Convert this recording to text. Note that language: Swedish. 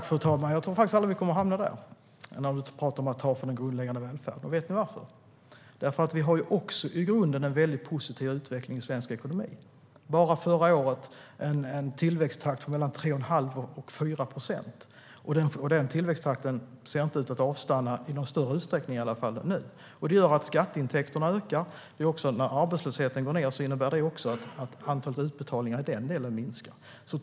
Fru talman! Markus Wiechel talar om att ta från den grundläggande välfärden. Jag tror faktiskt att vi aldrig kommer att hamna där. Vet ni varför? Jo, vi har också i grunden en väldigt positiv utveckling i svensk ekonomi. Bara förra året hade vi en tillväxttakt på mellan 3 1⁄2 och 4 procent. Den tillväxttakten ser inte ut att avta, i alla fall inte i någon större utsträckning. Det gör att skatteintäkterna ökar. Och när arbetslösheten går ned innebär det att antalet utbetalningar i den delen minskar.